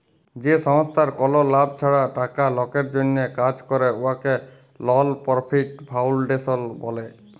যে সংস্থার কল লাভ ছাড়া টাকা লকের জ্যনহে কাজ ক্যরে উয়াকে লল পরফিট ফাউল্ডেশল ব্যলে